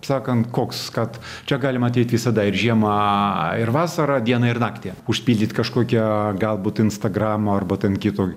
sakant koks kad čia galima ateiti visada ir žiemą ir vasarą dieną ir naktį užpildyt kažkokią galbūt instagramą arba ten kito